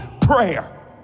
prayer